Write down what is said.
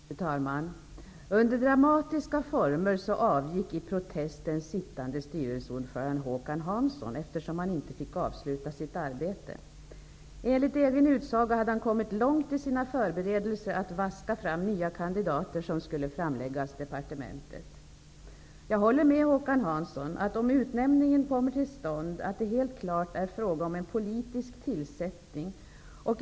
Fru talman! Under dramatiska former avgick i protest den sittande styrelseordföranden Håkan Hansson, eftersom han inte fick avsluta sitt arbete. Enligt egen utsago hade han kommit långt i sina förberedelser att ''vaska fram'' nya kandidater, som skulle föreslås departementet. Jag håller med Håkan Hansson om att det, om utnämningen kommer till stånd, är helt klart fråga om en politisk tillsättning.